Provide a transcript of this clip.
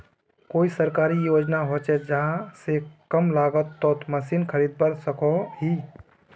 कोई सरकारी योजना होचे जहा से कम लागत तोत मशीन खरीदवार सकोहो ही?